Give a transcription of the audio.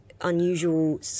unusual